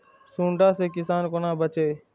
सुंडा से किसान कोना बचे?